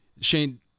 Shane